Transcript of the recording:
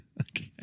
Okay